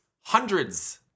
Hundreds